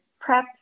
prep